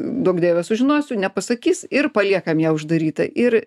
duok dieve sužinosiu nepasakys ir paliekam ją uždarytą ir